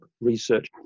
research